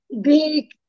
big